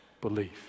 belief